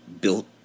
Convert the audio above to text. built